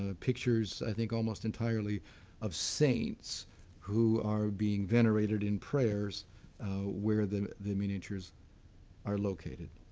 ah pictures i think almost entirely of saints who are being venerated in prayers where the the miniatures are located.